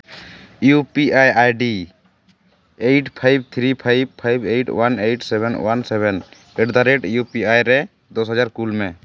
U P I ID eight five three five five eight one eight seven one seven at the rate U P I ᱨᱮ ᱫᱚᱥ ᱦᱟᱡᱟᱨ ᱠᱩᱞ ᱢᱮ